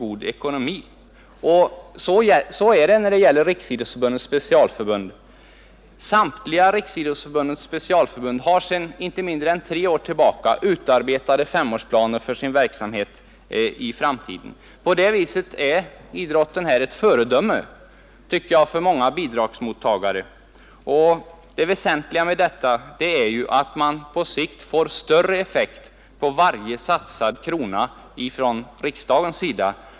— Och samtliga Riksidrottsförbundets specialförbund har sedan tre år tillbaka utarbetade femårsplaner för sin verksamhet. På det viset är idrotten enligt min mening ett föredöme för många bidragsmottagare. Det väsentliga med en sådan här planering är att man på sikt får större effekt av varje satsad krona, av varje krona som riksdagen beviljat.